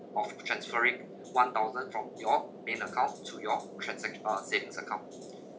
of transferring one thousand from your main account to your transact~ uh savings account